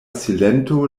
silento